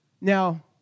Now